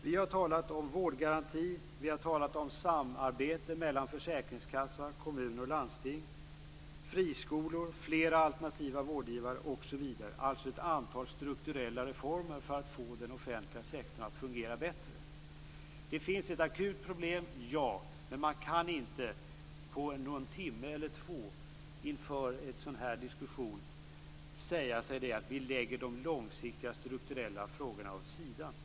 Vi har talat om vårdgaranti och om samarbete mellan försäkringskassa, kommuner och landsting. Vi har talat om friskolor, fler alternativa vårdgivare osv. Detta är ett antal strukturella reformer för att få den offentliga sektorn att fungera bättre. Det finns ett akut problem, men man kan inte på någon timme eller två inför en sådan här diskussion säga att vi lägger de långsiktiga strukturella frågorna åt sidan.